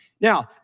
Now